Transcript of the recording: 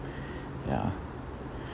ya